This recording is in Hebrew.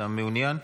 אתה מעוניין?